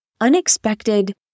unexpected